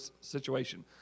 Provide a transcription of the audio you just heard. situation